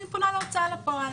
אני פונה להוצאה לפועל.